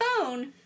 phone